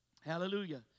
Hallelujah